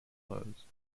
closed